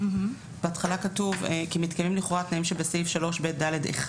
בהתחלה כתוב "כי מתקיימים לכאורה תנאים שבסעיף 3ב(ד)(1).